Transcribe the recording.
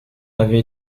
avait